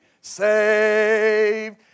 saved